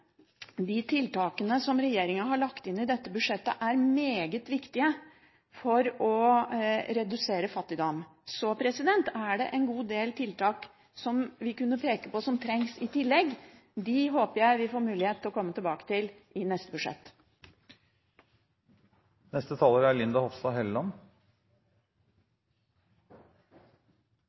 De tiltakene regjeringen har lagt inn i dette budsjettet, er meget viktige for å redusere fattigdom. Det er en god del tiltak vi kunne pekt på som trengs i tillegg – de håper jeg vi får mulighet til å komme tilbake til i neste